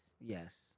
Yes